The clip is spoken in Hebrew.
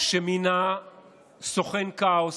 שמינה סוכן כאוס,